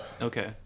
Okay